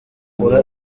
ukura